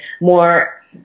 more